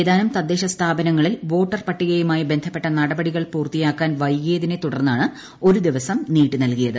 ഏതാനും തദ്ദേശ സ്ഥാപനങ്ങളിൽ വോട്ടർപട്ടികയുമായി ബന്ധപ്പെട്ട നടപടികൾ പൂർത്തിയാക്കാൻ വൈകിയതിനെ തുടർന്നാണ് ഒരു ദിവസം നീട്ടി നൽകിയത്